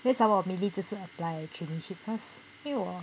then some more I merely 只是 apply actually because 因为我